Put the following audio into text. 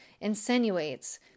insinuates